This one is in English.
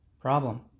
problem